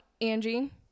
Angie